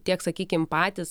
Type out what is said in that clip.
tiek sakykim patys